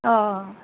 অঁ